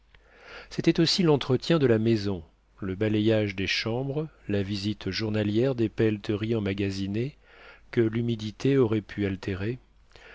c'était aussi l'entretien de la maison le balayage des chambres la visite journalière des pelleteries emmagasinées que l'humidité aurait pu altérer